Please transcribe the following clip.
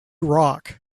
rock